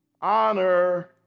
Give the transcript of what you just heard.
honor